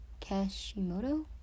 kashimoto